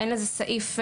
נהלי הרשות הם